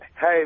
Hey